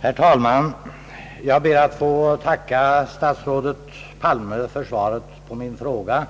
Herr talman! Jag ber att få tacka statsrådet Palme för svaret på min fråga.